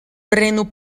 prenu